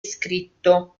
scritto